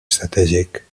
estratègic